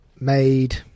made